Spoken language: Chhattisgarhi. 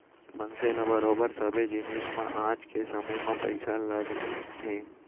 मनसे ल बरोबर सबे जिनिस म आज के समे म पइसा लगने हे